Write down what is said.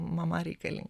mama reikalin